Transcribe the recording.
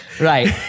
Right